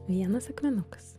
vienas akmenukas